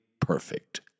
perfect